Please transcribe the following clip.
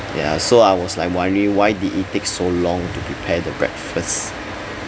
ya so I was like wondering why did it take so long to prepare the breakfast